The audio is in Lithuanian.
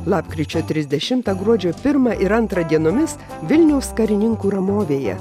lapkričio trisdešimtą gruodžio pirmą ir antrą dienomis vilniaus karininkų ramovėje